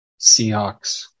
Seahawks